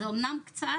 זה אומנם קצת,